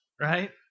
right